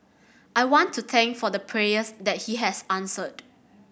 I want to thank for the prayers that he has answered